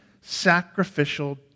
sacrificial